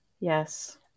Yes